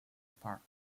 park